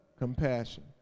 Compassion